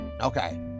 Okay